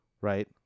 right